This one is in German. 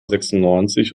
sechsundneunzig